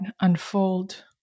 unfold